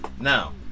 now